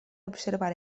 observar